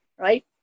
right